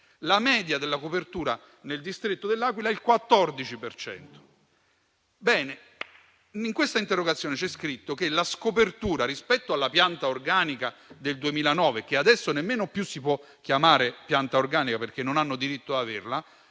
La media della copertura nel distretto dell'Aquila è del 14 per cento. In questa interrogazione c'è scritto quindi che la scopertura rispetto alla pianta organica del 2009 (che adesso non si può più nemmeno chiamare pianta organica, perché non hanno diritto ad averla),